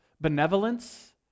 benevolence